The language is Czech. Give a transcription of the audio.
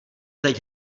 teď